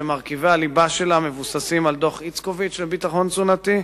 שמרכיבי הליבה שלה מבוססים על דוח-איצקוביץ לביטחון תזונתי,